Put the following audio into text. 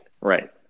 Right